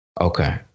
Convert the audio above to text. Okay